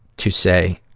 to say,